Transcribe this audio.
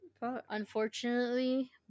Unfortunately